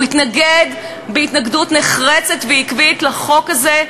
הוא התנגד התנגדות נחרצת ועקבית לחוק הזה,